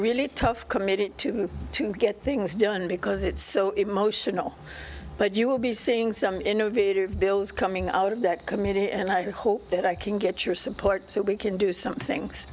really tough commitment to move to get things done because it's so emotional but you will be seeing some innovative bills coming out of that committee and i hope that i can get your support so we can do something